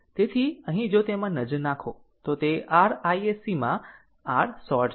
તેથી અહીં જો તેમાં નજર નાંખો તો તે r iSC માં r શોર્ટ છે